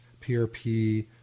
PRP